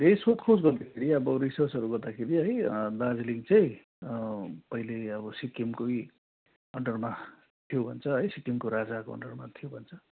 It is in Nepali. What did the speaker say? धेर सोध खोज गर्दाखेरि अब रिसर्चहरू गर्दाखेरि है दार्जिलिङ चाहिँ पहिल्यै अब सिक्किमकै अन्डरमा थियो भन्छ है सिक्किमको राजाहरूको अन्डरमा थियो भन्छ